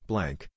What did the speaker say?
Blank